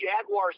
Jaguars